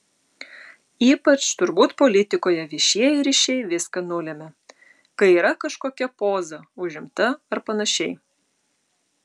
ypač turbūt politikoje viešieji ryšiai viską nulemia kai yra kažkokia poza užimta ar panašiai